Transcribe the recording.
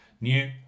new